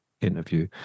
interview